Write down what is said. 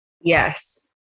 Yes